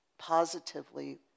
positively